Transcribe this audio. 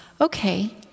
okay